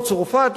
או צרפת,